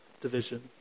division